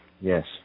Yes